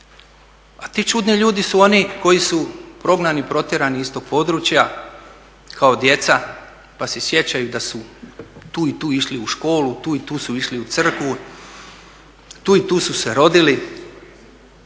A ti čudni ljudi su oni koji su prognani, protjerani iz tog područja kao djeca pa se sjećaju da su tu i tu išli u školu, tu i tu su išli u crkvu, tu i tu su se rodili.